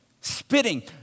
Spitting